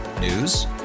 News